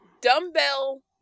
dumbbell